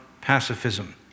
pacifism